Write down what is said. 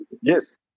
Yes